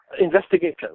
investigation